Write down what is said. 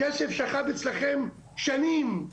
הכסף שכב אצלכם שנים.